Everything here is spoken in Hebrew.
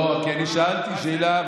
לא, כי אני שאלתי שאלה.